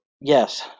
yes